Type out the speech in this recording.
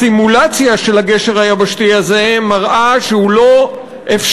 הסימולציה של הגשר היבשתי הזה מראה שהוא לא אפשרי: